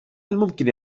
الممكن